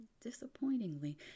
Disappointingly